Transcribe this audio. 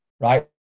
right